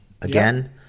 again